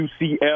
UCF